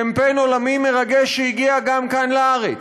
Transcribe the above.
קמפיין עולמי מרגש שהגיע גם לכאן, לארץ.